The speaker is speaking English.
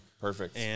perfect